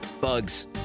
Bugs